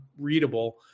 readable